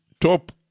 top